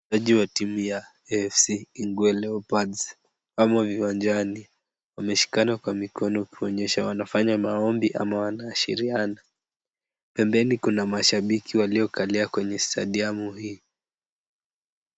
Wachezaji wa timu ya AFC Ingwe Leopards wamo uwanjani. Wameshikana kwa mikono kuonyesha wanafanya maombi ama wanaashiriana. Pembeni kuna mashabiki waliokalia kwenye stadiamu hii.